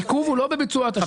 העיכוב הוא לא בביצוע התשלום,